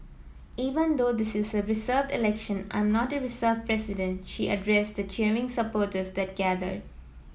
even though this is a reserved election I am not a reserved president she addressed the cheering supporters that gathered